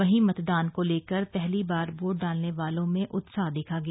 वहीं मतदान को लेकर पहली बार वोट डालने वालों में उत्साह देखा गया